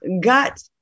got